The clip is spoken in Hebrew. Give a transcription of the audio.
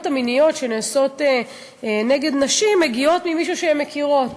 המיניות שנעשות נגד נשים מגיעות ממישהו שהן מכירות,